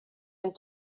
amb